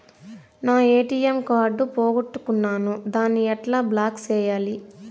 నా ATM card పోగొట్టుకున్నాను, దాన్ని ఎట్లా బ్లాక్ సేయాలి?